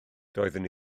doeddwn